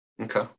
Okay